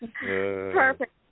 Perfect